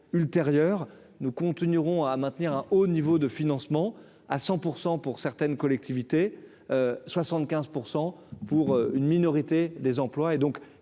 ultérieur, nous continuerons à maintenir un haut niveau de financement à 100 % pour certaines collectivités 75 % pour une minorité des emplois